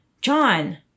John